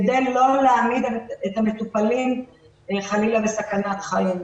כדי לא להעמיד את המטופלים בסכנת חיים חלילה.